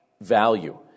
value